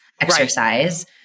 exercise